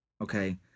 Okay